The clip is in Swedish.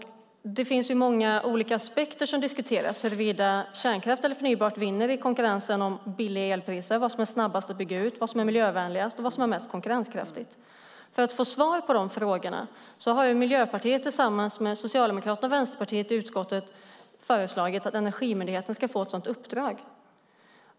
Det finns många olika aspekter som diskuteras, huruvida kärnkraft eller förnybart vinner i konkurrensen om billiga elpriser, vad som är snabbast att bygga ut, vad som är miljövänligast och vad som är mest konkurrenskraftigt. För att få svar på de frågorna har Miljöpartiet tillsammans med Socialdemokraterna och Vänsterpartiet i utskottet föreslagit att Energimyndigheten ska få ett sådant uppdrag.